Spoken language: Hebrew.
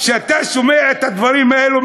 כשאתה שומע את הדברים האלו,